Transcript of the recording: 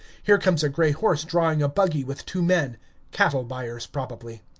here comes a gray horse drawing a buggy with two men cattle buyers, probably.